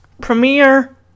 premiere